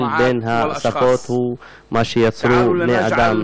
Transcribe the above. ההבדל בין השפות הוא מה שיצרו בני אדם.